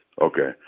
Okay